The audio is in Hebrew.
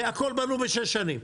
הכול בנו בשש שנים.